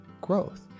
growth